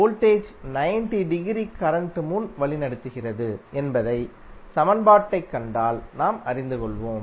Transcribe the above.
voltage 90 degree current முன் வழிநடத்துகிறது என்பதை சமன்பாட்டைக் கண்டால் நாம் அறிந்து கொள்வோம்